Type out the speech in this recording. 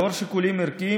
לאור שיקולים ערכיים,